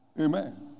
Amen